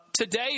today